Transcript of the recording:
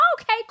okay